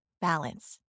balance